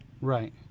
Right